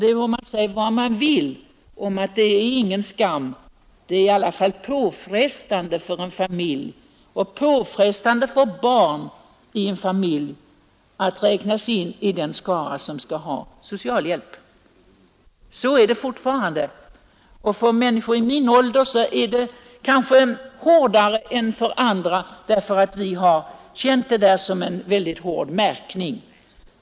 Det kan visserligen sägas att det inte är någon skam att uppbära socialhjälp, men det är ändå mycket påfrestande för en familj att göra det. Och det är speciellt påfrestande för barnen i en sådan familj. Så är det fortfarande, och för människor i min ålder är det kanske hårdare än för andra, därför att vi förr kände socialhjälpen som en kraftig märkning.